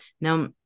Now